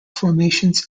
formations